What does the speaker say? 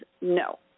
No